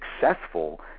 successful